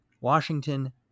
Washington